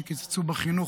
כשקיצצו בחינוך,